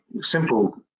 simple